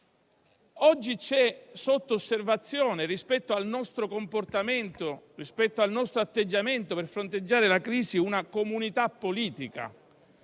Oggi c'è sotto osservazione, rispetto al nostro comportamento, al nostro atteggiamento per fronteggiare la crisi, una comunità politica: